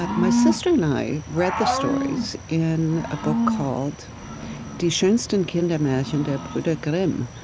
ah my sister and i read the stories in a book called die schonsten kindermarchen der bruder grimm,